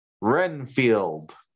Renfield